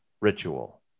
ritual